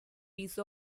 piece